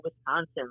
Wisconsin